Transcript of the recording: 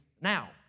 now